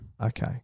Okay